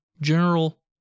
General